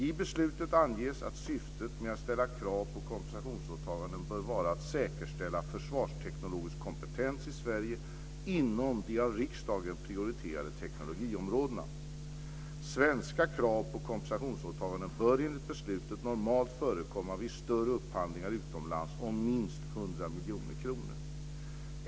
I beslutet anges att syftet med att ställa krav på kompensationsåtaganden bör vara att säkerställa försvarsteknologisk kompetens i Sverige inom de av riksdagen prioriterade teknologiområdena. Svenska krav på kompensationsåtaganden bör enligt beslutet normalt förekomma vid större upphandlingar utomlands om minst 100 miljoner kronor.